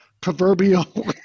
proverbial